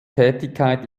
tätigkeit